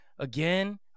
Again